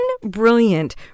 brilliant